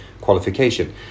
qualification